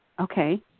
okay